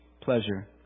pleasure